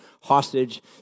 hostage